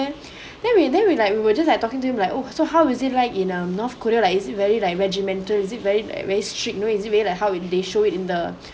and then we then we like we were just talking to him like oh so how is it like in um north korea like is it very like regimental is it very like very strict you now is it very like how they show it in the